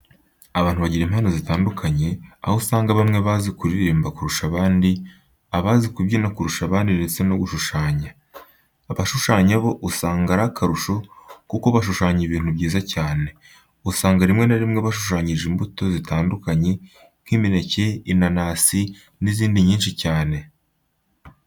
Abantu bagira impano zitandukanye, aho usanga bamwe bazi kuririmba kurusha abandi, abazi kubyina kurusha abandi ndetse no gushushanya. Abashushanya bo usanga ari akarusho kuko bashushanya ibintu byiza cyane. Usanga rimwe na rimwe bashushanyije imbuto zitandukanye nk'imineke, inanasi n'izindi nyinshi cyane.